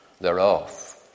thereof